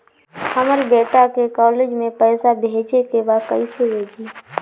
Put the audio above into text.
हमर बेटा के कॉलेज में पैसा भेजे के बा कइसे भेजी?